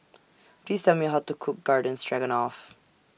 Please Tell Me How to Cook Garden Stroganoff